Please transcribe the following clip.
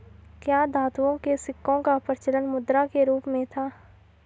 क्या धातुओं के सिक्कों का प्रचलन मुद्रा के रूप में था?